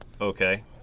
Okay